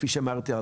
כפי שאמרתי,